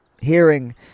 hearing